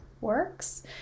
works